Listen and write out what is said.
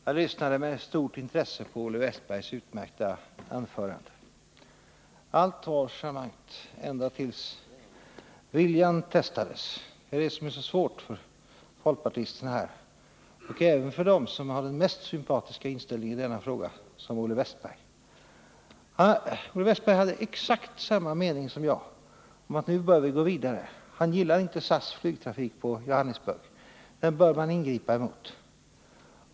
Herr talman! Jag lyssnade med stort intresse på Olle Wästbergs i Stockholm utmärkta anförande. Allt var charmant ända tills viljan testades. Det är det som är så svårt för folkpartisterna här — även för dem som har den mest sympatiska inställningen i denna fråga, som Olle Wästberg. Han hade exakt samma mening som jag om att Sverige bör gå vidare. Olle Wästberg gillar inte SAS flygtrafik på Johannesburg. Den bör man ingripa emot.